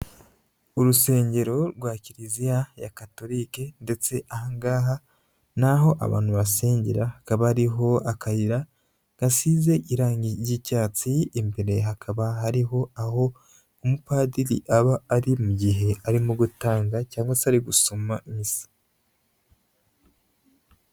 Urusengero rwa kiliziya ya Katolike, ndetse ahangaha ni aho abantu basengera, hakaba hariho akayira gasize irangi ry'icyatsi, imbere hakaba hariho aho umupadiri aba ari mu gihe arimo gutanga cyangwa se ari gusoma misa.